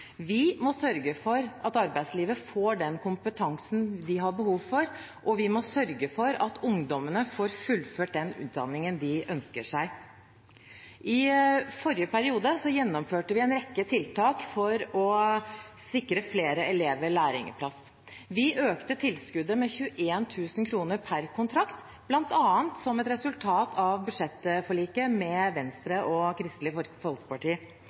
Vi må sørge for at arbeidslivet får den kompetansen det har behov for, og vi må sørge for at ungdommene får fullført den utdanningen de ønsker seg. I forrige periode gjennomførte vi en rekke tiltak for å sikre flere elever lærlingplass. Vi økte tilskuddet med 21 000 kr per kontrakt, bl.a. som et resultat av budsjettforliket med Venstre og Kristelig Folkeparti. Vi skjerpet kravet om bruk av lærlinger for